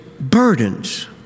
burdens